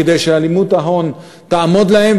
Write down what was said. כדי שהלימות ההון תעמוד להם,